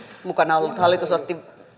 mukana otti